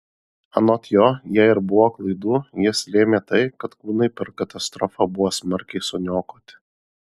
anot jo jei ir buvo klaidų jas lėmė tai kad kūnai per katastrofą buvo smarkiai suniokoti